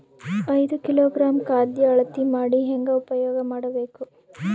ಐದು ಕಿಲೋಗ್ರಾಂ ಖಾದ್ಯ ಅಳತಿ ಮಾಡಿ ಹೇಂಗ ಉಪಯೋಗ ಮಾಡಬೇಕು?